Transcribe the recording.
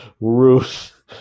Ruth